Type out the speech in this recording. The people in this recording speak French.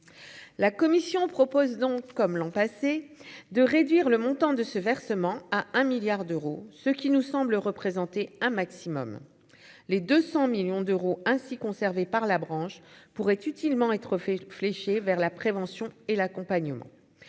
la commission propose donc, comme l'an passé, de réduire le montant de ce versement à un milliard d'euros, ce qui nous semble représenter un maximum les 200 millions d'euros ainsi conservé par la branche pourrait utilement être fléché vers la prévention et l'accompagnement